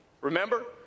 Remember